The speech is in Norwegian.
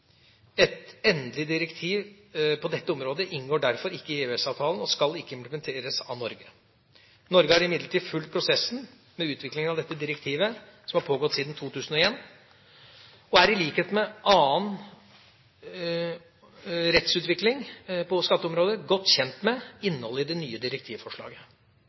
Et endelig direktiv på dette området inngår derfor ikke i EØS-avtalen og skal ikke implementeres av Norge. Norge har imidlertid fulgt prosessen med utvikling av dette direktivet som har pågått siden 2001, og er i likhet med for annen rettsutvikling på skatteområdet godt kjent med innholdet i det nye direktivforslaget.